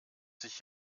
sich